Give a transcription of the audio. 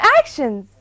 actions